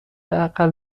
اقل